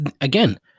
again